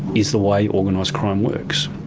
is the way organised crime works.